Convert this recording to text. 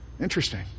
Interesting